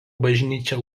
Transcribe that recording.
bažnyčia